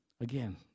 Again